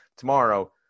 Tomorrow